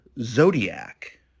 Zodiac